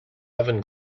oven